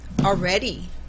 already